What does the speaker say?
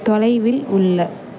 தொலைவில் உள்ள